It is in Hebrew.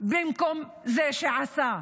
במקום זה שעשה?